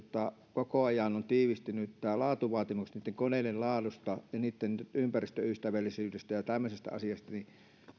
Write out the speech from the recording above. koko ajan on tiivistynyt tämä laatuvaatimus niitten koneitten laadusta ja niitten ympäristöystävällisyydestä ja ja tämmöisistä asioista ja tämä